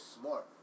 smart